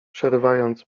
przerywając